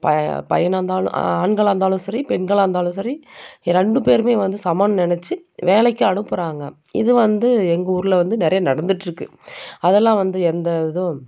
பைய பையனாக இருந்தாலும் ஆண்களாக இருந்தாலும் சரி பெண்களாக இருந்தாலும் சரி ரெண்டு பேருமே வந்து சமமென்னு நினைச்சு வேலைக்கு அனுப்புகிறாங்க இது வந்து எங்கள் ஊரில் வந்து நிறையா நடந்துகிட்டு இருக்குது அது எல்லாம் வந்து எந்த இதுவும்